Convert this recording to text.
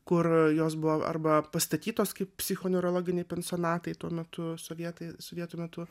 kur jos buvo arba pastatytos kaip psichoneurologiniai pensionatai tuo metu sovietai sovietų metu